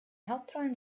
hauptrollen